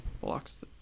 Blocks